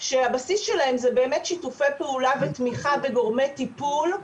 שהבסיס שלהם זה באמת שיתופי פעולה ותמיכה בגורמי טיפול,